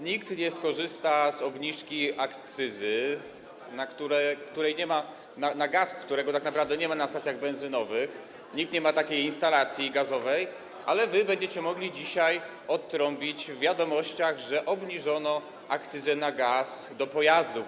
Nikt nie skorzysta z obniżki akcyzy, której nie ma, na gaz, którego tak naprawdę nie ma na stacjach benzynowych, nikt nie ma takiej instalacji gazowej, ale wy będziecie mogli dzisiaj odtrąbić w Wiadomościach, że obniżono akcyzę na gaz do pojazdów.